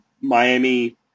Miami